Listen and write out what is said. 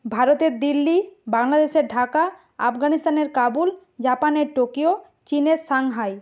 ভারতের দিল্লি বাংলাদেশের ঢাকা আফগানিস্তানের কাবুল জাপানের টোকিও চীনের সাংহাই